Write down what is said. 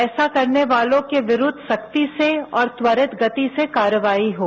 ऐसा करने वालों के विरुद्ध सख्ती से और त्वरित गति से कार्रवाई हों